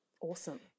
Awesome